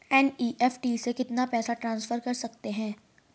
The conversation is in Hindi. एन.ई.एफ.टी से कितना पैसा ट्रांसफर कर सकते हैं?